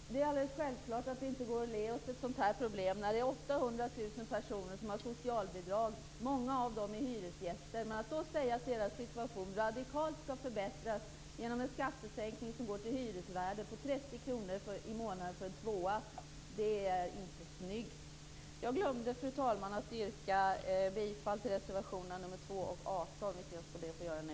Fru talman! Det är alldeles självklart att det inte går att le åt ett sådant här problem när 800 000 personer har socialbidrag. Många av dem är hyresgäster. Att då säga att deras situation radikalt skall förbättras genom en skattesänkning på 30 kr i månaden för en tvåa som går till hyresvärden är inte snyggt. Jag glömde, fru talman, att yrka bifall till reservationerna 2 och 18, vilket jag skall be att få göra nu.